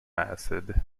acid